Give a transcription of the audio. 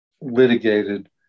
litigated